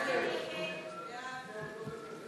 ההסתייגות